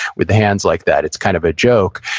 with the hands like that. it's kind of a joke.